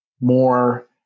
more